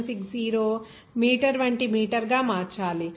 760 metre వంటి మీటర్గా మార్చాలి